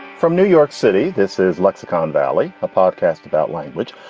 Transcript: from new york city, this is lexicon valley, a podcast about language.